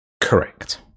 Correct